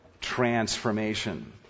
transformation